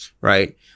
right